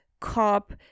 cop